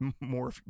more